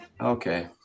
Okay